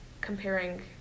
comparing